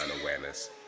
awareness